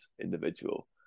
individual